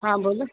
हँ बोलू